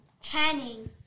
Channing